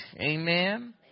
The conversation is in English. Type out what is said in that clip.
amen